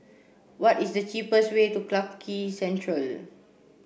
what is the cheapest way to Clarke Quay Central